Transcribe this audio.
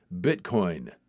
Bitcoin